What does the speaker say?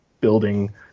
building